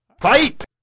Fight